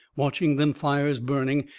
watching them fires burning,